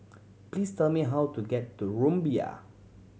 please tell me how to get to Rumbia